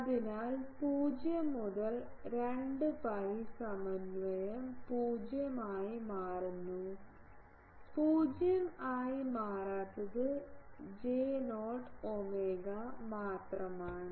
അതിനാൽ 0 മുതൽ 2 പൈ സമന്വയം 0 ആയി മാറുന്നു 0 ആയി മാറാത്തത് J0 ഒമേഗ മാത്രമാണ്